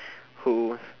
who